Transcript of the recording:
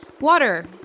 Water